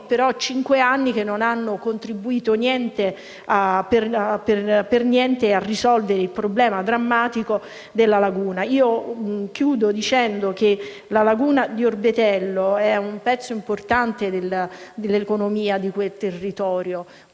quei cinque anni non hanno contribuito affatto a risolvere il problema drammatico della laguna. Concludo dicendo che la laguna di Orbetello è un pezzo importante dell'economia di quel territorio,